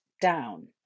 down